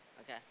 Okay